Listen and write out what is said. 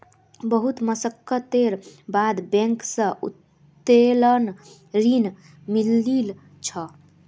बहुत मशक्कतेर बाद बैंक स उत्तोलन ऋण मिलील छ